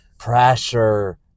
pressure